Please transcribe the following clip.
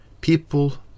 People